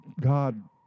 God